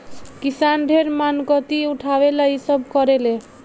किसान ढेर मानगती उठावे ला इ सब करेले